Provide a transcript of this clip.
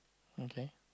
okay